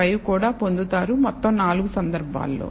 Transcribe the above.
5 కూడా పొందుతారు మొత్తం 4 సందర్భాల్లో